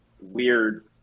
weird